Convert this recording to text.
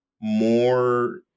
more